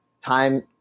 time